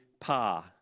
pa